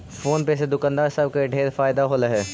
phone पे से दुकानदार सब के ढेर फएदा होलई हे